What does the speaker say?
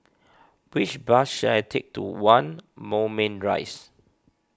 which bus should I take to one Moulmein Rise